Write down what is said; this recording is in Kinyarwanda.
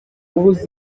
rimwe